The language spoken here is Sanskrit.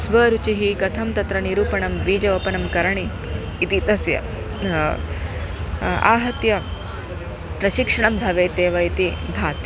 स्वरुचिः कथं तत्र निरूपणं बीजावापनं करणी इति तस्य आहत्य प्रशिक्षणं भवेत् एव इति भाति